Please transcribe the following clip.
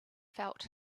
felt